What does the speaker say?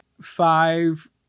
five